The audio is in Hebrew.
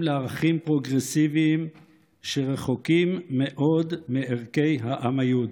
לערכים פרוגרסיביים שרחוקים מאוד מערכי העם היהודי,